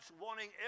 wanting